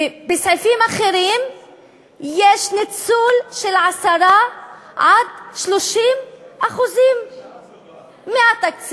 ובסעיפים אחרים יש ניצול של 10% 30% מהתקציב.